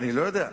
אני לא יודע.